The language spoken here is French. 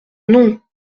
non